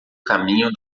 caminho